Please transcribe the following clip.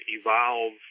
evolve